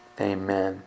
Amen